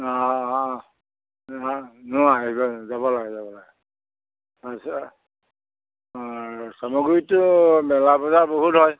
অঁ অঁ নোৱাৰ নোৱাৰে নোৱাৰে যাব লাগে যাব লাগে তাৰপিছত অঁ চামগুৰিতটো মেলা পূজা বহুত হয়